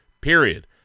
Period